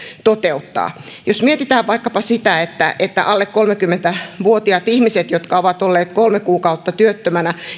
toteuttaa jos mietitään vaikkapa sitä että että alle kolmekymmentä vuotiaiden ihmisten kohdalla jotka ovat olleet kolme kuukautta työttömänä